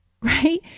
right